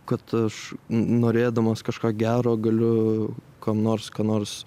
kad aš norėdamas kažką gero galiu kam nors ką nors